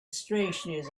strangeness